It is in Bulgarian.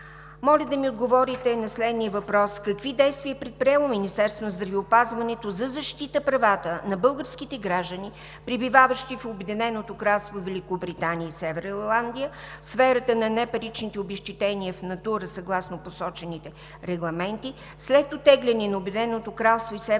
Моля да ми отговорите на следния въпрос: какви действия е предприело Министерството на здравеопазването за защита правата на българските граждани, пребиваващи в Обединеното кралство Великобритания и Северна Ирландия в сферата на непаричните обезщетения в натура съгласно посочените регламенти след оттегляне на Обединеното кралство и Северна